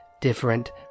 different